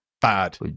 Bad